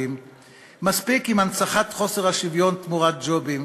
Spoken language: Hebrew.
מספיק עם הנצחת חוסר השוויון תמורת ג'ובים,